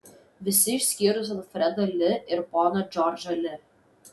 visi išskyrus alfredą li ir poną džordžą li